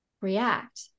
react